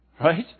right